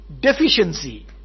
deficiency